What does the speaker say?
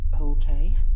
Okay